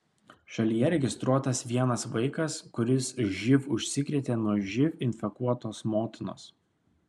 šalyje registruotas vienas vaikas kuris živ užsikrėtė nuo živ infekuotos motinos